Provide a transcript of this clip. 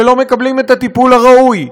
שלא מקבלים את הטיפול הראוי,